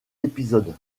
épisodes